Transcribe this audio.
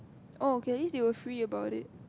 oh okay at least you were free about it